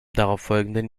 darauffolgenden